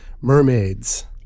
Mermaids